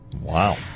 Wow